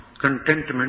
contentment